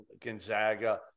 Gonzaga